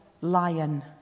lion